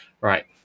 Right